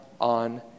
on